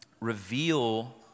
Reveal